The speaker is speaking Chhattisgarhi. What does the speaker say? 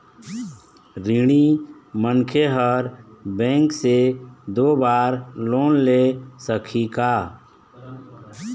ऋणी मनखे हर बैंक से दो बार लोन ले सकही का?